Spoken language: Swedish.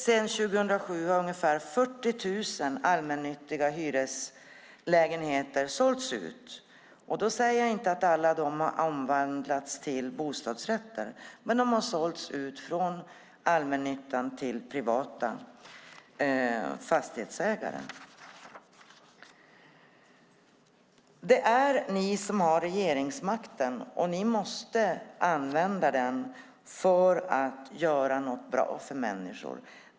Sedan 2007 har ungefär 40 000 allmännyttiga hyreslägenheter sålts ut. Jag säger inte att alla de har omvandlats till bostadsrätter, men de har sålts ut från allmännyttan till privata fastighetsägare. Det är ni som har regeringsmakten, och ni måste använda den för att göra något bra för människor.